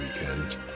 weekend